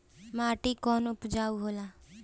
माटी कौन उपजाऊ होला?